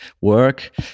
work